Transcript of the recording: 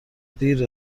دیر